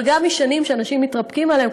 אבל גם בשנים שאנשים מתרפקים עליהן,